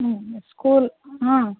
school